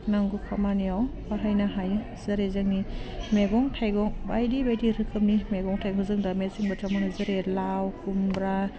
नांगौ खामानियाव बाहायनो हायो जेरै जोंनि मेगं थाइगं बायदि बायदि रोखोमनि मेगं थाइगं जों दा मेसें बोथोराव मोनो जेरै लाव खुम्ब्रा